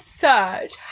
search